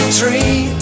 tree